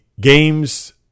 Games